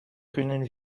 können